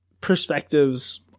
perspectives